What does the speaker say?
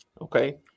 okay